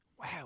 wow